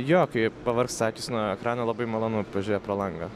jo kai pavargsta akys nuo ekrano labai malonu požiūrėt pro langą